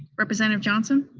representative johnson?